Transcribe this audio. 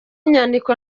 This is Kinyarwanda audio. inyandiko